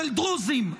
של דרוזים.